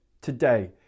Today